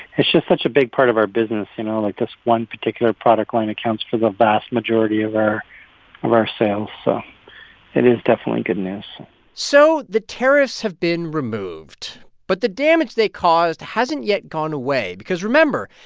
it's just such a big part of our business, you know? like, this one particular product line accounts for the vast majority of our of our sales, so it is definitely good news so the tariffs have been removed. but the damage they caused hasn't yet gone away because, remember,